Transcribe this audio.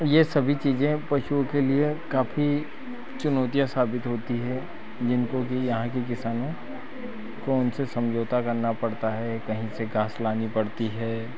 ये सभी चीजें पशुओं के लिए काफी चुनौतियाँ साबित होती हैं जिनको की यहाँ की किसानों को उनसे समझौता करना पड़ता है कहीं से घास लानी पड़ती है